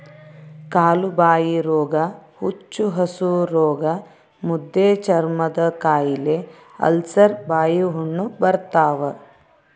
ಕಾಲುಬಾಯಿರೋಗ ಹುಚ್ಚುಹಸುರೋಗ ಮುದ್ದೆಚರ್ಮದಕಾಯಿಲೆ ಅಲ್ಸರ್ ಬಾಯಿಹುಣ್ಣು ಬರ್ತಾವ